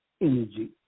energy